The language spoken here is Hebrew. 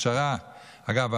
אגב,